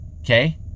okay